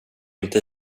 inte